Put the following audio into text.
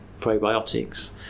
probiotics